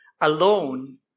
alone